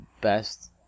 best